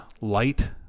light